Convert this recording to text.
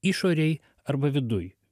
išorėj arba viduj